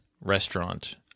restaurant